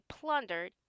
plundered